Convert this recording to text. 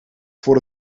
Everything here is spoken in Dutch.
voor